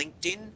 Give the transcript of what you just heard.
linkedin